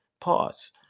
Pause